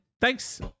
thanks